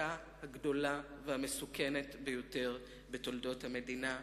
ההפרטה הגדולה והמסוכנת ביותר בתולדות המדינה,